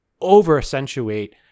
over-accentuate